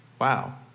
Wow